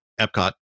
Epcot